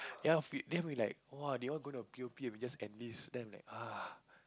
ya then we like !wah! they all going p_o_p and we just enlist then I'm like [huh]